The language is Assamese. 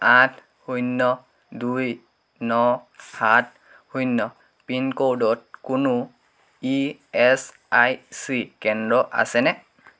আঠ শূন্য দুই ন সাত শূন্য পিনক'ডত কোনো ই এচ আই চি কেন্দ্র আছেনে